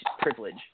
privilege